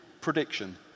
prediction